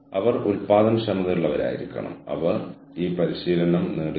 ഞാൻ അർത്ഥമാക്കുന്നത് കാര്യക്ഷമതയും സുസ്ഥിരതയും തമ്മിലുള്ള സന്തുലിതാവസ്ഥ നിങ്ങൾ എങ്ങനെയാണ് വരയ്ക്കുക